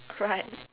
right